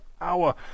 hour